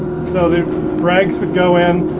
so the rags would go in